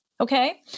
Okay